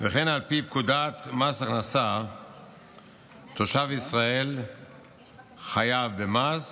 וכן על פי פקודת מס הכנסה תושב ישראל חייב במס